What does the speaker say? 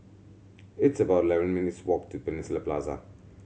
it's about eleven minutes' walk to Peninsula Plaza